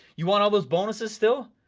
you want all those bonuses still?